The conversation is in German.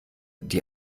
die